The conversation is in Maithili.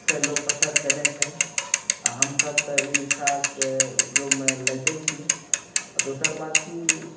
से लोक सफर कैने छै आ हमसब तऽ ई रिक्शाके उपयोगमे लैते छी आ दोसरबात कि